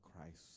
Christ